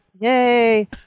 Yay